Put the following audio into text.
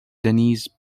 denys